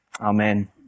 Amen